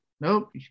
Nope